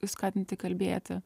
skatinti kalbėti